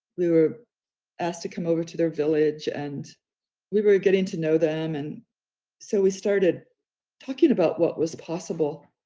we were asked to come over to their village and we were getting to know them. and so we started talking about what was possible.